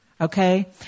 Okay